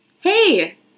Hey